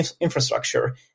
infrastructure